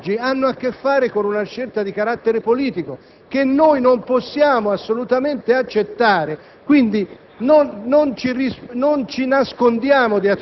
Le dimissioni presentate quest'oggi hanno a che fare con una scelta di carattere politico che non possiamo assolutamente accettare.